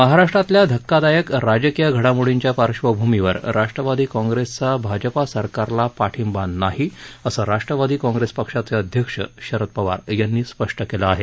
महाराष्ट्रातल्या धक्कादायक राजकीय घडामोडींच्या पार्श्वभूमीवर राष्ट्रवादी काँग्रेसचा भाजपा सरकारला पाठिंबा नाही असं राष्ट्रवादी काँप्रेस पक्षाचे अध्यक्ष शरद पवार यांनी स्पष्ट केलं आहे